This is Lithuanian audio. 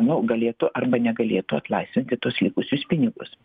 nu galėtų arba negalėtų atlaisvinti tuos likusius pinigus